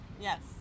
yes